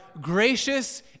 gracious